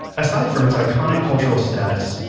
aside from its iconic cultural status,